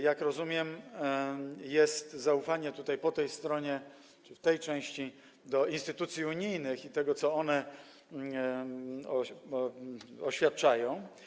Jak rozumiem, to jest zaufanie po tej stronie czy w tej części do instytucji unijnych i do tego, co one oświadczają.